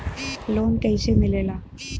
Loan कईसे मिलेला?